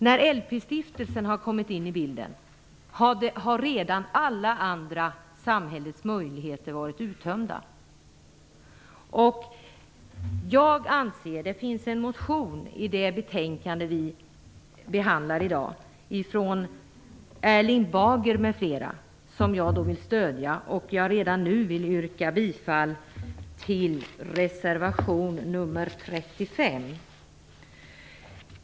När LP stiftelsen har kommit in i bilden har samhällets alla andra möjligheter redan varit uttömda. I betänkandet behandlas en motion av Erling Bager m.fl. som jag vill stödja. Jag vill därför redan nu yrka bifall till reservation nr 35.